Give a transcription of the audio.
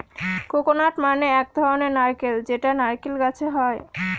coconut মানে এক ধরনের নারকেল যেটা নারকেল গাছে হয়